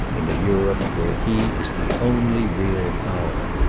in a europe where he is the only real power.